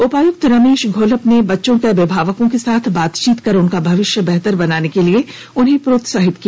उपायुक्त रमेश घोलप ने बच्चों के अभिभावकों के साथ बातचीत कर उनका भविष्य बेहतर बनाने के लिए प्रोत्साहित किया